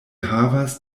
havas